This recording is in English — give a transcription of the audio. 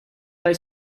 they